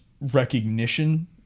recognition